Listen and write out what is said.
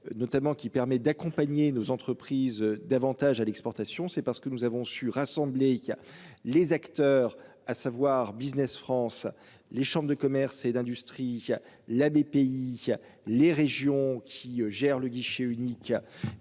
Notamment qui permet d'accompagner nos entreprises davantage à l'exportation, c'est parce que nous avons su rassembler qui a les acteurs à savoir Business France. Les chambres de commerce et d'industrie à la BPI. Les régions qui gèrent le guichet unique